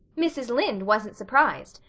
mrs. lynde wasn't surprised!